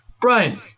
Brian